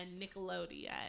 Nickelodeon